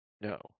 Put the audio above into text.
No